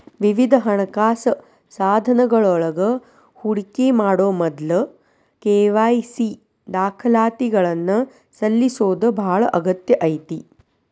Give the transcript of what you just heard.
ವಿವಿಧ ಹಣಕಾಸ ಸಾಧನಗಳೊಳಗ ಹೂಡಿಕಿ ಮಾಡೊ ಮೊದ್ಲ ಕೆ.ವಾಯ್.ಸಿ ದಾಖಲಾತಿಗಳನ್ನ ಸಲ್ಲಿಸೋದ ಬಾಳ ಅಗತ್ಯ ಐತಿ